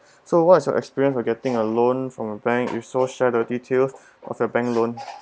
so what's your experience for getting a loan from a bank if so share the detail of your bank loan